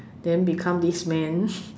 then become disc man